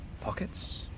Pockets